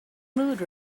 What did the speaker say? mood